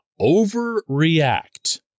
overreact